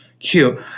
Cute